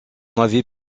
avait